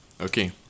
okay